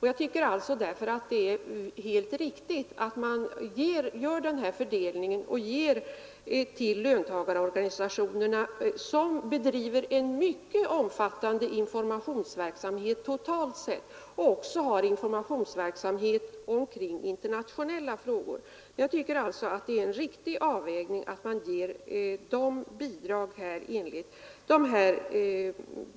Jag tycker alltså att det är helt riktigt att man gör denna fördelning och ger bidrag till löntagarorganisationerna, som bedriver en mycket omfattande informationsverksamhet totalt sett och också har informationsverksamhet kring internationella frågor. Jag tycker att det är en riktig avvägning att man ger dem bidrag enligt de